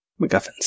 MacGuffins